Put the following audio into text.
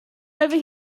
over